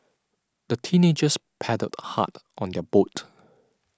the teenagers paddled hard on their boat